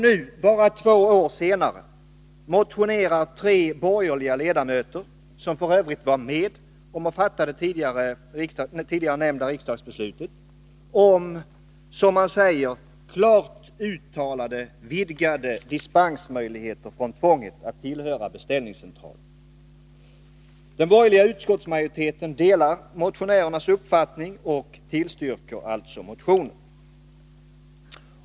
Nu — bara två år senare — motionerar tre borgerliga ledamöter, som för Övrigt var med om att fatta det tidigare nämnda riksdagsbeslutet, om ”klart uttalade vidgade dispensmöjligheter” från tvånget att tillhöra beställningscentral. Den borgerliga utskottsmajoriteten delar motionärernas uppfattning och tillstyrker alltså motionen.